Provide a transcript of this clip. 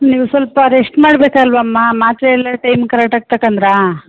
ನೀವು ಸ್ವಲ್ಪ ರೆಶ್ಟ್ ಮಾಡಬೇಕಲ್ವಮ್ಮ ಮಾತ್ರೆ ಎಲ್ಲ ಟೈಮ್ ಕರೆಕ್ಟಾಗಿ ತಕಂಡ್ರ